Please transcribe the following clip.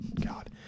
God